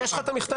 יש לך את המכתב?